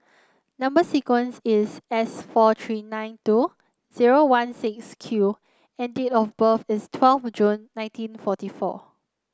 number sequence is S four three nine two zero one six Q and date of birth is twelfth June nineteen forty four